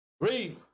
Read